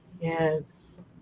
Yes